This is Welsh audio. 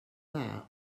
dda